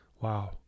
Wow